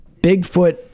Bigfoot